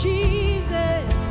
Jesus